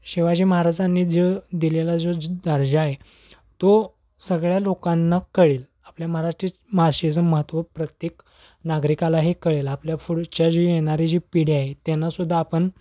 शिवाजी महाराजांनी जो दिलेला जो दर्जा आहे तो सगळ्या लोकांना कळेल आपल्या मराठी भाषेचं महत्त्व प्रत्येक नागरिकाला हे कळेल आपल्या पुढच्या जी येणारी जी पिढ्या आहेत त्यांनासुद्धा आपण